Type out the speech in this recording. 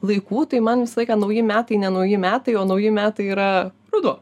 laikų tai man visą laiką nauji metai ne nauji metai o nauji metai yra ruduo